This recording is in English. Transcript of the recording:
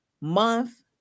month